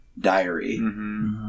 diary